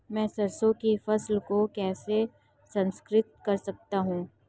मैं सरसों की फसल को कैसे संरक्षित कर सकता हूँ?